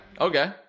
Okay